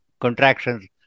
contractions